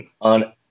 on